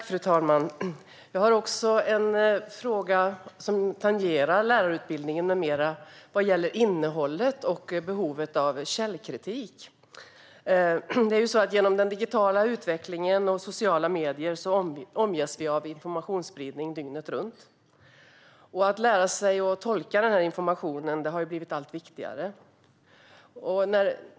Fru talman! Jag har också en fråga som tangerar lärarutbildningen med mera, och det gäller innehållet och behovet av källkritik. Genom den digitala utvecklingen och sociala medier omges vi av informationsspridning dygnet runt, och att lära sig tolka informationen har blivit allt viktigare.